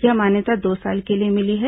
यह मान्यता दो साल के लिए मिली है